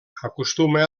acostuma